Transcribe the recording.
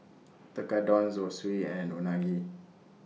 Tekkadon Zosui and Unagi